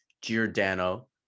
giordano